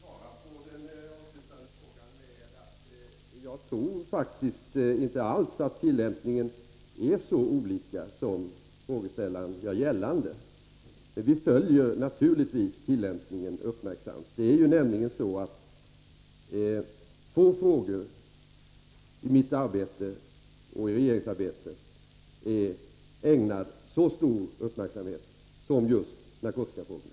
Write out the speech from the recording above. Herr talman! Jag vill svara på den avslutande frågan med att säga att jag faktiskt inte alls tror att tillämpningen av lagen är så olika som frågeställaren gör gällande. Men vi följer naturligtvis tillämpningen uppmärksamt. Det är nämligen så att få frågor i mitt arbete och i regeringsarbetet ägnas så stor uppmärksamhet som just narkotikafrågan.